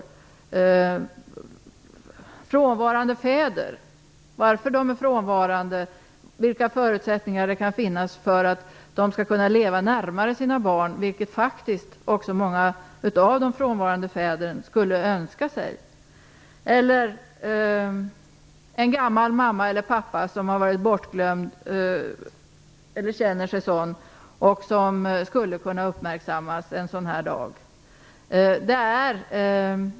Det gäller också frånvarande fäder och frågan varför de är frånvarande och vilka förutsättningar det kan finnas för att de skall kunna leva närmare sina barn, vilket också många av de frånvarande fäderna önskar. Det kan vara en gammal mamma eller en gammal pappa som känner sig bortglömd, som skulle kunna uppmärksammas en sådan här dag.